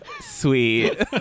sweet